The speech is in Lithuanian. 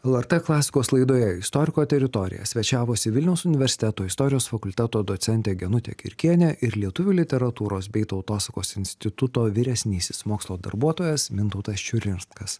lrt klasikos laidoje istoriko teritorija svečiavosi vilniaus universiteto istorijos fakulteto docentė genutė kirkienė ir lietuvių literatūros bei tautosakos instituto vyresnysis mokslo darbuotojas mintautas čiurinskas